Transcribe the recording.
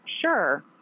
Sure